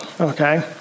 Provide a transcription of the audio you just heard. okay